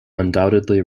undoubtedly